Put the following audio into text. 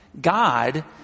god